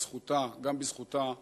בזכותה, גם בזכותה,